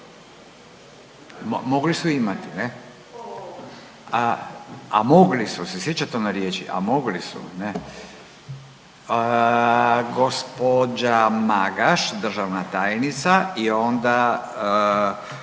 mogli su imati, ne? A mogli su se, sjećate se one riječi a mogli su, ne. Gospođa Magaš, državna tajnica i onda